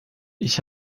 ich